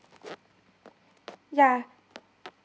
yeah